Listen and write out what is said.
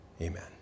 Amen